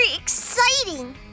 exciting